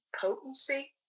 potency